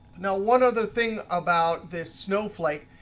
now, one other thing about this snow flake.